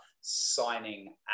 signing